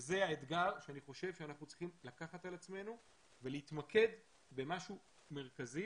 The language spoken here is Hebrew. וזה האתגר שאני חושב שאנחנו צריכים לקחת על עצמנו ולהתמקד במשהו מרכזי